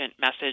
message